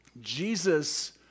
Jesus